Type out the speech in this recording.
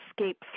escape